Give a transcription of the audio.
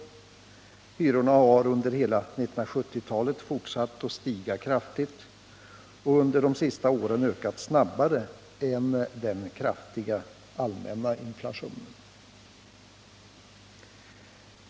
Hyrorna har under hela 1970-talet fortsatt att stiga kraftigt och under de senaste åren ökat snabbare än den kraftiga allmänna inflationen.